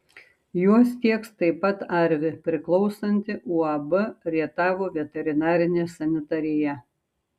juos tieks taip pat arvi priklausanti uab rietavo veterinarinė sanitarija